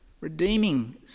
redeeming